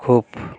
খুব